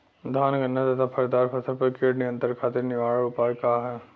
धान गन्ना तथा फलदार फसल पर कीट नियंत्रण खातीर निवारण उपाय का ह?